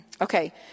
okay